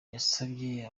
yasabye